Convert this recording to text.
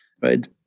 right